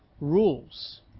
rules